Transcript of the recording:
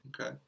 Okay